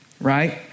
right